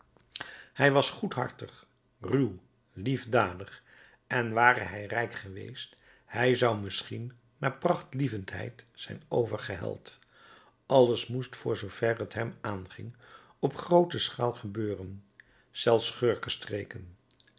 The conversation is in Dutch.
hij was goedhartig ruw liefdadig en ware hij rijk geweest hij zou misschien naar prachtlievendheid zijn overgeheld alles moest voor zoover t hem aanging op groote schaal gebeuren zelfs